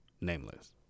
nameless